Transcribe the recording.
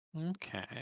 Okay